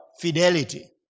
fidelity